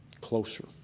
closer